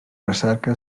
recerca